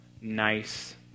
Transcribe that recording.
nice